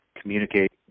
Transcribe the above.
communicate